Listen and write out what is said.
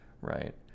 right